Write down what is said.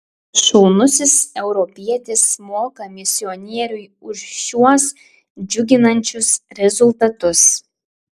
šaunusis europietis moka misionieriui už šiuos džiuginančius rezultatus